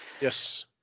Yes